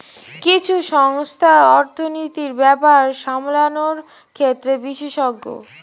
কিছু সংস্থা অর্থনীতির ব্যাপার সামলানোর ক্ষেত্রে বিশেষজ্ঞ